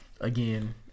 again